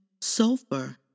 sulfur